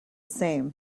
same